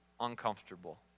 uncomfortable